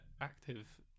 active